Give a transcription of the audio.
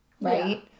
Right